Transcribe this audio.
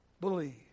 believe